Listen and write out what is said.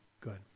Good